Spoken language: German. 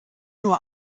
nur